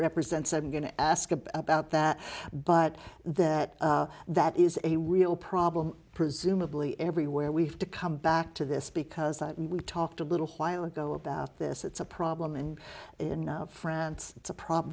represents i'm going to ask about that but that that is a real problem presumably everywhere we've to come back to this because we talked a little while ago about this it's a problem and in france it's a problem